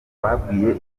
babwiye